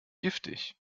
giftig